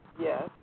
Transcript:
Yes